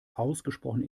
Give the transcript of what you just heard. ausgesprochen